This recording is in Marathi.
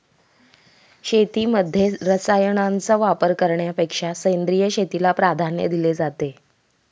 शेतीमध्ये रसायनांचा वापर करण्यापेक्षा सेंद्रिय शेतीला प्राधान्य दिले जाते